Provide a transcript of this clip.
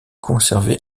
conservée